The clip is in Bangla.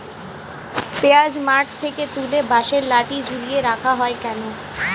পিঁয়াজ মাঠ থেকে তুলে বাঁশের লাঠি ঝুলিয়ে রাখা হয় কেন?